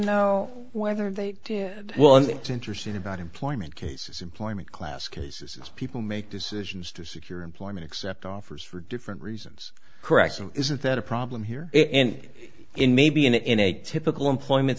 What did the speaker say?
know whether they well it's interesting about employment cases employment class cases people make is used to secure employment except offers for different reasons correction isn't that a problem here and in maybe in a typical employment